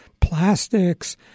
plastics